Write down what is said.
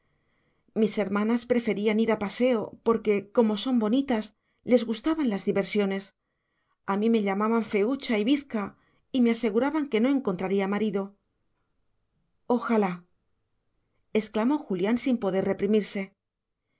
mis hermanas preferían ir a paseo porque como son bonitas les gustaban las diversiones a mí me llamaban feúcha y bizca y me aseguraban que no encontraría marido ojalá exclamó julián sin poder reprimirse